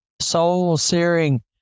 soul-searing